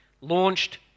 launched